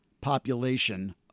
population